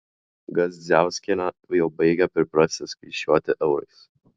gazdziauskienė jau baigia priprasti skaičiuoti eurais